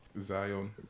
Zion